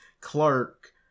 Clark